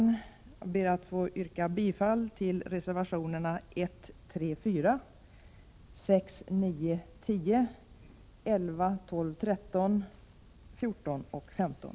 Jag ber att få yrka bifall till reservationerna 1, 3, 4, 6, 9, 10, 11, 12, 13, 14 och 15.